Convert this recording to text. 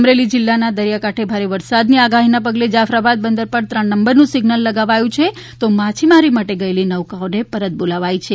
અમરેલી જિલ્લાના દરિયાકાંઠે ભારે વરસાદની આગાહીના પગલે જાફરાબાદ બંદર પર ત્રણ નંબરનું સિઝ્નલ લગાવાયું છે તો માછીમારી માટે ગયેલી નૌકાઓનો પરત બોલાવાઈ છે